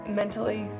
mentally